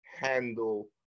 handle